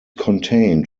contained